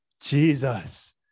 Jesus